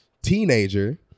teenager